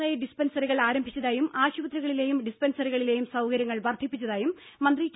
I ഡിസ്പെൻസറികൾ ആരംഭിച്ചതായും ആശുപത്രികളിലെയും ഡിസ്പെൻസറികളിലേയും സൌകര്യങ്ങൾ വർദ്ധിപ്പിച്ചതായും മന്ത്രി ടി